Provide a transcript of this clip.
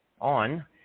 on